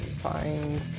find